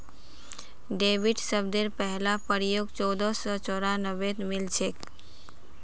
debit शब्देर पहला प्रयोग चोदह सौ चौरानवेत मिलछेक